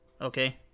okay